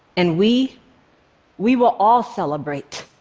and we we will all celebrate.